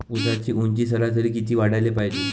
ऊसाची ऊंची सरासरी किती वाढाले पायजे?